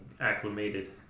acclimated